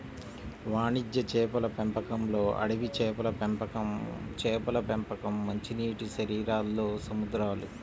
వాణిజ్య చేపల పెంపకంలోఅడవి చేపల పెంపకంచేపల పెంపకం, మంచినీటిశరీరాల్లో సముద్రాలు